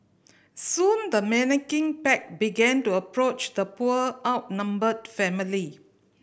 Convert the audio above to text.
soon the menacing pack began to approach the poor outnumbered family